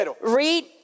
read